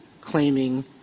claiming